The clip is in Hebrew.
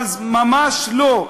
אבל ממש לא,